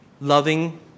loving